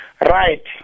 Right